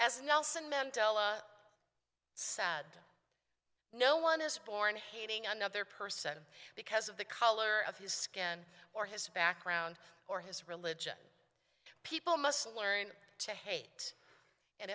mandela sad no one is born hating another person because of the color of his skin or his background or his religion people must learn to hate and